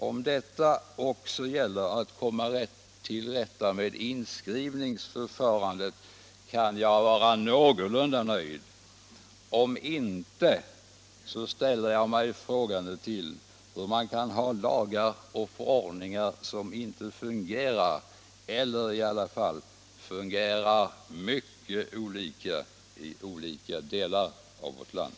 Om denna översyn också gäller att komma till rätta med inskrivningsförfarandet kan jag vara någorlunda nöjd, om inte ställer jag mig frågande till hur vi kan ha lagar och förordningar som inte fungerar eller i varje fall fungerar mycket olika i olika delar av vårt land.